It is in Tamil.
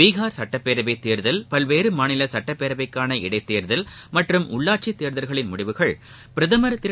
பீகார் சட்டப்பேரவை தேர்தல் பல்வேறு மாநில சட்டப்பேரவைக்கான இஎடத்தேர்தல் மற்றும் உள்ளாட்சித் தேர்தல்களின் முடிவுகள் பிரதமர் திரு